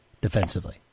defensively